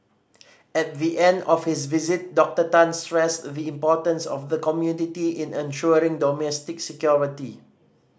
at the end of his visit Doctor Tan stressed the importance of the community in ensuring domestic security